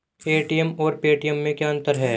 ATM और Paytm में क्या अंतर है?